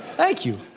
thank you.